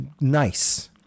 nice